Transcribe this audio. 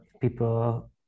people